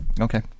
okay